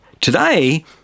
Today